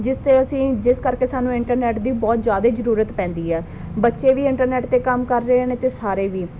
ਜਿਸ 'ਤੇ ਅਸੀਂ ਜਿਸ ਕਰਕੇ ਸਾਨੂੰ ਇੰਟਰਨੈਟ ਦੀ ਬਹੁਤ ਜ਼ਿਆਦਾ ਜ਼ਰੂਰਤ ਪੈਂਦੀ ਹੈ ਬੱਚੇ ਵੀ ਇੰਟਰਨੈਟ 'ਤੇ ਕੰਮ ਕਰ ਰਹੇ ਨੇ ਅਤੇ ਸਾਰੇ ਵੀ